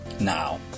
Now